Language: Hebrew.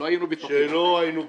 לא היינו בטוחים.